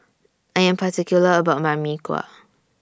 I Am particular about My Mee Kuah